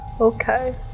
Okay